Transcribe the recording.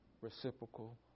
reciprocal